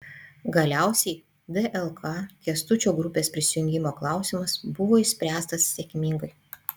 galiausiai dlk kęstučio grupės prisijungimo klausimas buvo išspręstas sėkmingai